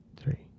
three